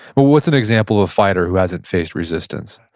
but what's an example of a fighter who hasn't faced resistance?